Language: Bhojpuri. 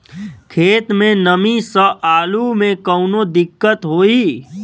खेत मे नमी स आलू मे कऊनो दिक्कत होई?